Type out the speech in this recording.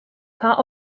part